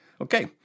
Okay